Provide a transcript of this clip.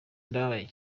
ndababaye